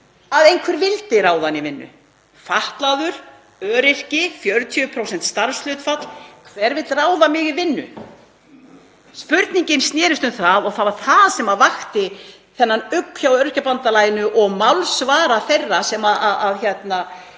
að einhver vildi ráða hann í vinnu. Fatlaður, öryrki, 40% starfshlutfall, hver vill ráða mig í vinnu? Spurningin snerist um það og það var það sem vakti ugg hjá Öryrkjabandalaginu og málsvara þeirra